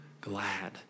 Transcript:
glad